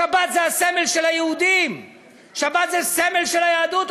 שבת היא הסמל של היהודים,